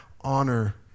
honor